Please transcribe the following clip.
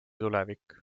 tulevik